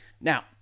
Now